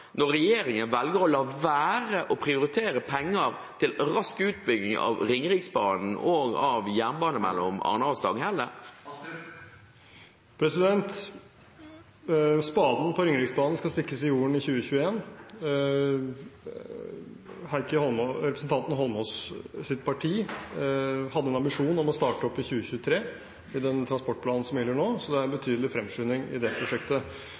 når regjeringen velger å la være å prioritere penger til rask utbygging av Ringeriksbanen og av jernbanen mellom Arna og Stanghelle? Spaden på Ringeriksbanen skal stikkes i jorden i 2021. Representanten Eidsvoll Holmås’ parti hadde en ambisjon om å starte opp i 2023 i den transportplanen som gjelder nå, så det er en betydelig fremskynding av det prosjektet